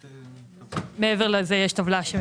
מעבר לזה יש טבלה.